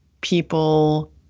people